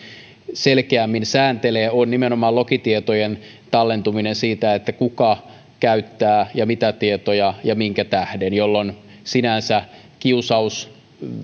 selkeämmin sääntelee on nimenomaan lokitietojen tallentuminen siitä kuka käyttää ja mitä tietoja ja minkä tähden jolloin sinänsä kiusaus